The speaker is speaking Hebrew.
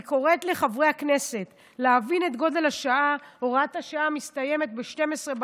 אני קוראת לחברי הכנסת להבין את גודל השעה: הוראת השעה מסתיימת ב-24:00.